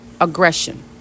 aggression